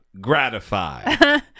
gratified